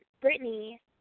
Brittany